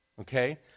okay